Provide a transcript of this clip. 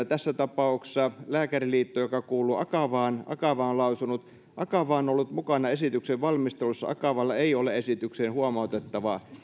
tässä tapauksessa lääkäriliitto joka kuuluu akavaan lausuvat näin akava on lausunut akava on ollut mukana esityksen valmistelussa akavalla ei ole esitykseen huomautettavaa